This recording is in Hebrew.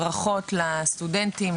ברכות לסטודנטים,